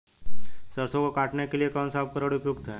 सरसों को काटने के लिये कौन सा उपकरण उपयुक्त है?